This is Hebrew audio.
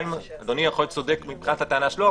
גם אם אדוני יכול להיות צודק מבחינת הטענה שלו,